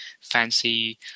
fancy